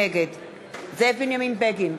נגד זאב בנימין בגין,